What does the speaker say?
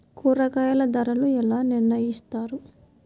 కూరగాయల ధరలు ఎలా నిర్ణయిస్తారు?